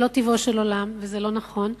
זה לא טבעו של עולם וזה לא נכון,